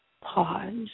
pause